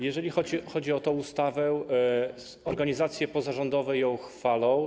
Jeżeli chodzi o tę ustawę, organizacje pozarządowe ją chwalą.